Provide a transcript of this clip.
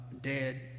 dead